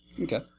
okay